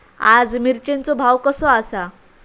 आज मिरचेचो भाव कसो आसा?